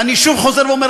ואני שוב חוזר ואומר,